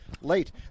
late